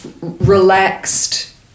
relaxed